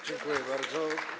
Dziękuję bardzo.